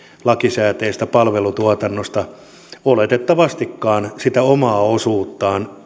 lakisääteisestä palvelutuotannosta oletettavastikaan sitä omaa osuuttaan